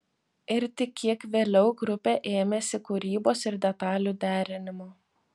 ir tik kiek vėliau grupė ėmėsi kūrybos ir detalių derinimo